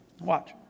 Watch